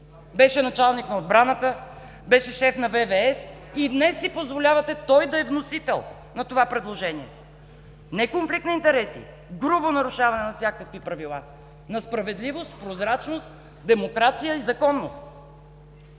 Беше началник на отбраната, беше шеф на ВВС. И днес си позволявате той да е вносител на това предложение! Не конфликт на интереси, а грубо нарушаване на всякакви правила, на справедливост, прозрачност, демокрация и законност!